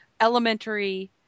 elementary